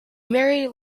married